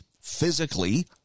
physically